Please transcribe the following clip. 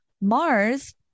Mars